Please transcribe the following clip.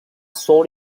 sought